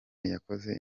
yakoze